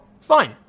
Fine